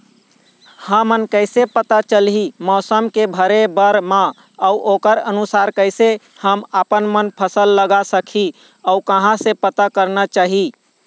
हमन कैसे पता चलही मौसम के भरे बर मा अउ ओकर अनुसार कैसे हम आपमन फसल लगा सकही अउ कहां से पता करना चाही?